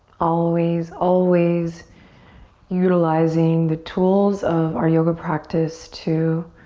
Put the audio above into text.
always, always utilizing the tools of our yoga practice to